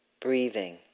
Breathing